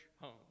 home